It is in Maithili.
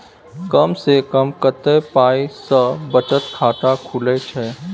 कम से कम कत्ते पाई सं बचत खाता खुले छै?